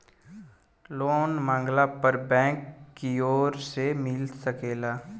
loan मांगला पर bank कियोर से मिल सकेला